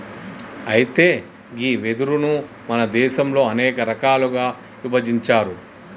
అయితే గీ వెదురును మన దేసంలో అనేక రకాలుగా ఇభజించారు